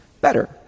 better